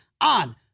on